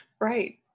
Right